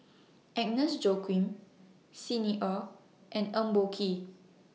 Agnes Joaquim Xi Ni Er and Eng Boh Kee